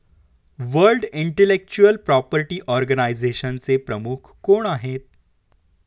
World intellectual property ऑर्गनायझेशनचे प्रमुख कोण आहेत?